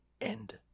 end